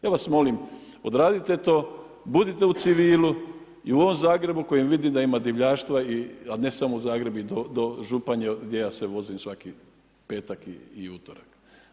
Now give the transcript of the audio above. Ja vas molim odradite to, budite u civilu i u ovom Zagrebu kojem vidim da ima divljaštva a ne samo u Zagrebu i do Županje gdje ja se vozim svaki petak i utorak.